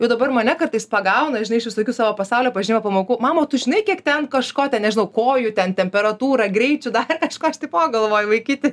jau dabar mane kartais pagauna žinai iš visokių savo pasaulio pažinimo pamokų mama o tu žinai kiek ten kažko ten nežinau kojų ten temperatūra greičių dar kažko aš taip o galvoju vaikyti